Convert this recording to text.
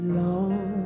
long